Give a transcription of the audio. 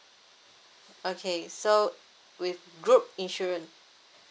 okay so with group insurance